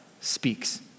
speaks